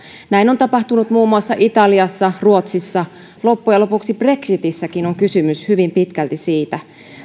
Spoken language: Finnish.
näin on tapahtunut muun muassa italiassa ruotsissa loppujen loppuksi brexitissäkin on kysymys hyvin pitkälti siitä